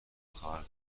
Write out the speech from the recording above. خبر